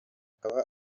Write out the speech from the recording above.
akaba